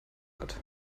hat